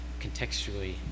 contextually